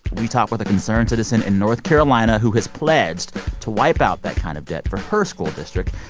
we talk with a concerned citizen in north carolina, who has pledged to wipe out that kind of debt for her school district.